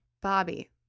bobby